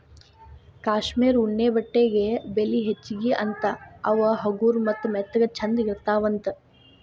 cashmere ಉಣ್ಣೆ ಬಟ್ಟೆಗೆ ಬೆಲಿ ಹೆಚಗಿ ಅಂತಾ ಅವ ಹಗರ ಮತ್ತ ಮೆತ್ತಗ ಚಂದ ಇರತಾವಂತ